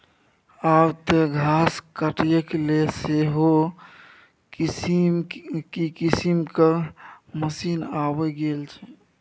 आब तँ घास काटयके सेहो किसिम किसिमक मशीन आबि गेल छै